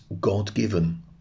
God-given